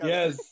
Yes